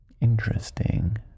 interesting